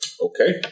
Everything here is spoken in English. okay